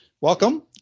welcome